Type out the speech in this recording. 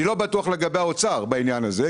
אני לא בטוח לגבי האוצר בעניין הזה,